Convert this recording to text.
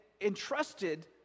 entrusted